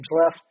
left